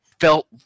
felt